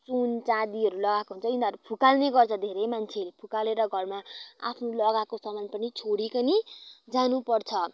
सुन चाँदीहरू लगाएको हुन्छ यिनीहरू फुकाल्ने गर्छ धेरै मान्छेहरूले फुकालेर घरमा आफ्नो लगाएको सामान पनि छोडिकन जानुपर्छ